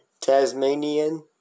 Tasmanian